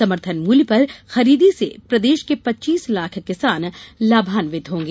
समर्थन मूल्य पर खरीदी से प्रदेश के पच्चीस लाख किसान लाभान्वित होंगे